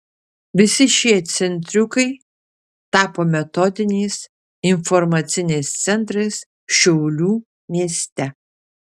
visi šie centriukai tapo metodiniais informaciniais centrais šiaulių mieste